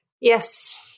Yes